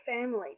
family